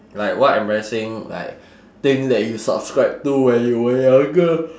like what embarrassing like thing that you subscribe to when you were younger